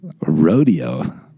rodeo